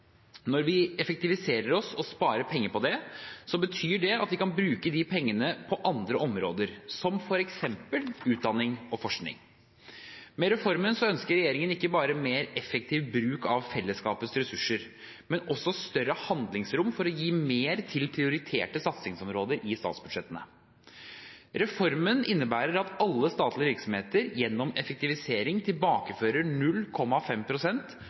Når vi effektiviserer, og sparer penger på det, betyr det at vi kan bruke de pengene på andre områder, som f.eks. på utdanning og forskning. Med reformen ønsker regjeringen ikke bare mer effektiv bruk av fellesskapets ressurser, men også større handlingsrom for å gi mer til prioriterte satsingsområder i statsbudsjettet. Reformen innebærer at alle statlige virksomheter gjennom effektivisering tilbakefører